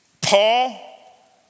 Paul